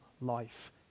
life